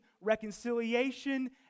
reconciliation